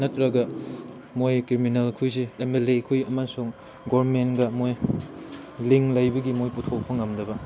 ꯅꯠꯇ꯭ꯔꯒ ꯃꯣꯏ ꯀ꯭ꯔꯤꯃꯤꯅꯦꯜ ꯈꯣꯏꯁꯤ ꯑꯦꯝ ꯑꯦꯜ ꯑꯦ ꯈꯣꯏ ꯑꯃꯁꯨꯡ ꯒꯣꯕꯔꯟꯃꯦꯟꯒ ꯃꯣꯏ ꯂꯤꯡ ꯂꯩꯕꯒꯤ ꯃꯣꯏ ꯄꯨꯊꯣꯛꯄ ꯉꯝꯗꯕ